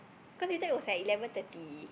cause he thought it was at eleven thirty